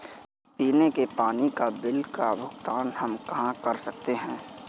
पीने के पानी का बिल का भुगतान हम कहाँ कर सकते हैं?